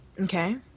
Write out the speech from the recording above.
Okay